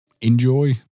Enjoy